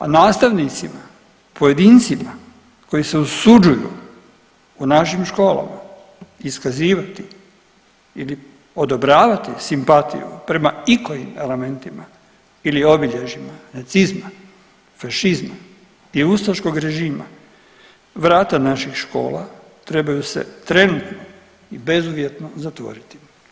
A nastavnicima, pojedincima koji se usuđuju u našim školama iskazivati ili odobravati simpatiju prema ikojim elementima ili obilježjima nacizma, fašizma i ustaškog režima vrata naših škola trebaju se trenutno i bezuvjetno zatvoriti.